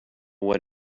what